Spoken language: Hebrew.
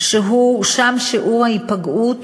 ושם שיעור ההיפגעות